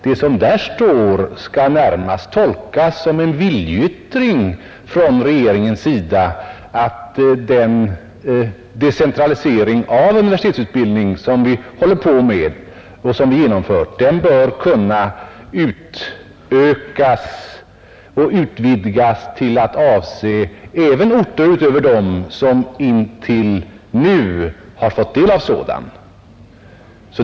Det som där står skall närmast tolkas såsom en viljeyttring från regeringens sida att den decentralisering av universitetsutbildning som vi håller på med att genomföra bör kunna utökas och utvidgas till att avse även orter utöver dem som hittills har fått del av sådan.